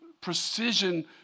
precision